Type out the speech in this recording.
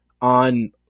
on